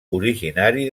originari